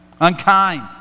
unkind